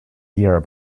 year